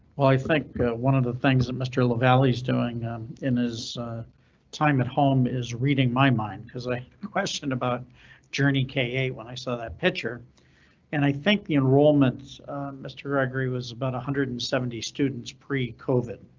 i think one of the things that mr. lavalley is doing in his time at home is reading my mind cause i questioned about journey k eight when i saw that picture and i think the enrolments mr. gregory was about one hundred and seventy students pre covid.